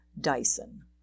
Dyson